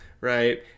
right